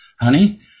Honey